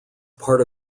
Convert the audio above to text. part